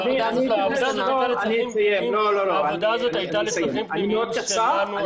הכי --------- העבודה הזאת הייתה לצרכים פנימיים -- יונתן,